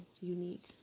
unique